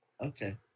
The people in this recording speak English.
Okay